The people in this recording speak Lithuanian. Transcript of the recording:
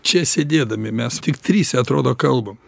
čia sėdėdami mes tik trise atrodo kalbam